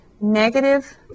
negative